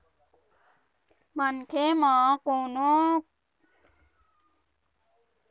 मनखे मन कोनो न कोनो काम ले दूसर देश जावत रहिथे तेखर सेती सब्बो राज म बिदेशी बिनिमय के अदला अदली करे के संस्था हे